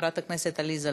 חברת הכנסת עליזה לביא,